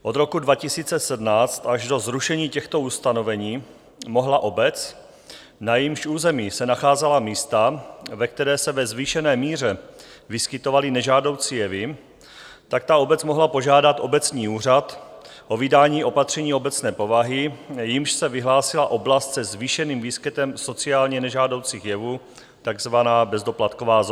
Od roku 2017 až do zrušení těchto ustanovení mohla obec, na jejímž území se nacházela místa, ve kterých se ve zvýšené míře vyskytovaly nežádoucí jevy, tak ta obec mohla požádat obecní úřad o vydání opatření obecné povahy, jímž se vyhlásila oblast se zvýšeným výskytem sociálně nežádoucích jevů, takzvaná bezdoplatková zóna.